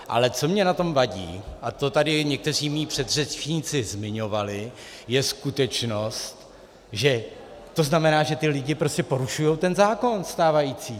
Ale co mě na tom vadí, a to tady někteří mí předřečníci zmiňovali, je skutečnost, že to znamená, že lidi prostě porušují ten zákon stávající.